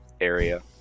area